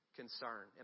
concern